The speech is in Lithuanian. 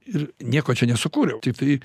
ir nieko čia nesukūriau tiktai